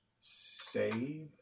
Save